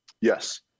Yes